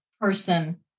person